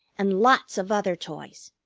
and lots of other toys.